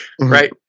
Right